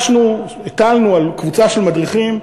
הטלנו על קבוצה של מדריכים,